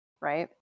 Right